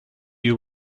you